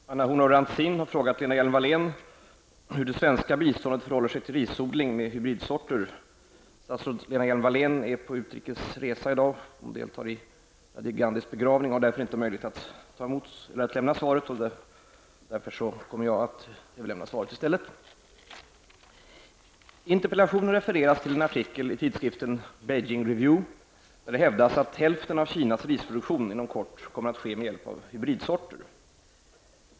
Herr talman! Anna Horn af Rantzien har frågat Lena Hjelm-Wallén hur det svenska biståndet förhåller sig till risodling med hybridsorter. Statsrådet Lena Hjelm-Wallén är på utrikesresa i dag. Hon deltar i Rajiv Gandhis begravning, varför jag lämnar svaret i hennes ställe. I interpellationen refereras till en artikel i tidskriften Beijing Review, där det hävdas att hälften av Kinas risproduktioin inom kort kommer att ske med hjälp av hybridsorter.